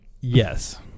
Yes